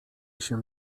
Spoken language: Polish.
się